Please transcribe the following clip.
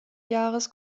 jahres